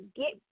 get